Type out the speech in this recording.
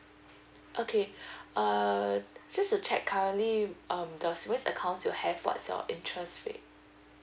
okay err just to check currently um the savings account you have what's your interest rate